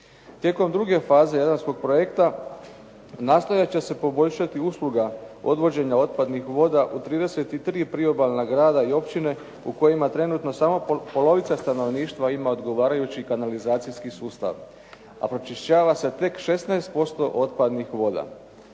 Tijekom druge faze "Jadranskog projekta" nastojat će se poboljšati usluga odvođenja otpadnih voda u 33 priobalna grada i općine u kojima trenutno samo polovica stanovništva ima odgovarajući kanalizacijski sustav, a pročišćava se tek 16% otpadnih voda.